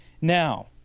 Now